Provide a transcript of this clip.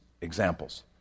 examples